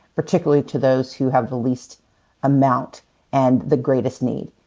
particularly to those who have the least amount and the greatest need?